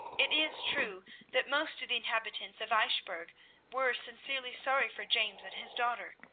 it is true that most of the inhabitants of eichbourg were sincerely sorry for james and his daughter,